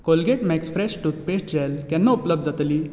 Colgate max fresh toothpaste gel केन्ना उपलब्ध जातली